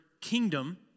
kingdom